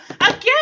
again